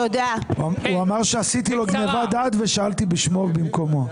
הוא אמר שעשיתי לו גניבת דעת ושאלתי בשמו ובמקומו.